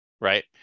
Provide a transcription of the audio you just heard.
right